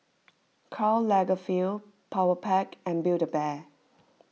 Karl Lagerfeld Powerpac and Build A Bear